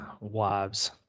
Wives